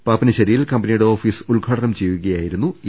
പാപ്പിനിശ്ശേരിയിൽ കമ്പനിയുടെ ഓഫീസ് ഉദ്ഘാടനം ചെയ്യുകയായിരുന്നു ഇ